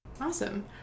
Awesome